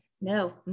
No